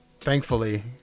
thankfully